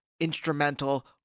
instrumental